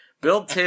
Bill